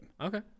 Okay